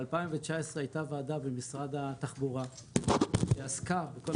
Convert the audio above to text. ב-2019 הייתה ועדה במשרד התחבורה שעסקה בכל